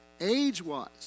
Age-wise